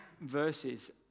verses